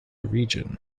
region